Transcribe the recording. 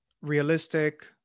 realistic